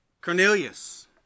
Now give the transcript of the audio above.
Cornelius